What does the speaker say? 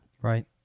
Right